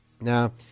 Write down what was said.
Now